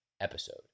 episode